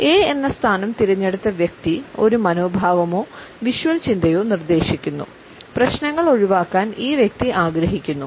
'A' എന്ന സ്ഥാനം തിരഞ്ഞെടുത്ത വ്യക്തി ഒരു മനോഭാവമോ വിഷ്വൽ ചിന്തയോ നിർദ്ദേശിക്കുന്നു പ്രശ്നങ്ങൾ ഒഴിവാക്കാൻ ഈ വ്യക്തി ആഗ്രഹിക്കുന്നു